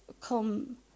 come